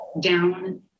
down